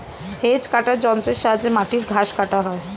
hedge কাটার যন্ত্রের সাহায্যে মাটির ঘাস কাটা হয়